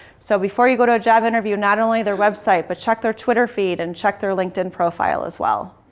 so before you go to a job interview, not only their website but check their twitter feed and check their linkedin profile as well.